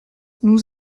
nous